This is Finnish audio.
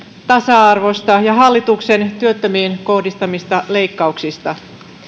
tasa arvosta ja hallituksen työttömiin kohdistamista leikkauksista